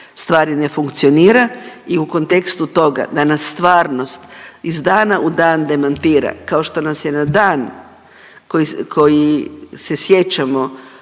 stvar ne funkcionira i u kontekstu toga da nas stvarnost iz dana u dan demantira kao što nas je na dan koji se sjećamo